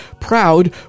proud